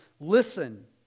listen